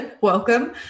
welcome